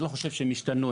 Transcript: אני לא חושב שהם השתנו,